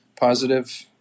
positive